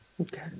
okay